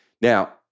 Now